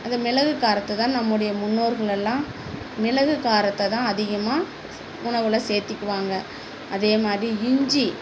அந்த மிளகு காரத்ததான் நம்முடைய முன்னோர்கள் எல்லாம் மிளகு காரத்ததான் அதிகமாக உணவில் சேர்த்திக்குவாங்க அதே மாதிரி இஞ்சி